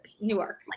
Newark